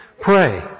pray